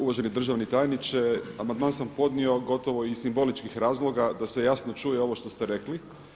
Uvaženi državni tajniče, amandman sam podnio gotovo iz simboličkih razloga da se jasno čuje ovo što ste rekli.